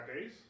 days